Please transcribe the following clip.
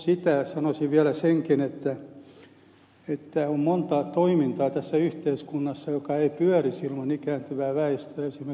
plus sanoisin vielä senkin että on monta toimintaa tässä yhteiskunnassa joka ei pyörisi ilman ikääntyvää väestöä esimerkiksi kulttuuritarjonta